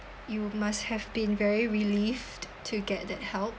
you must have been very relieved to get that help